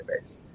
database